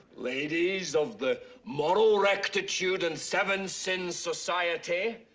ladies of the moral rectitude and seven sins society.